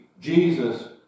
Jesus